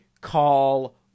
call